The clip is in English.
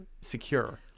secure